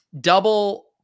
double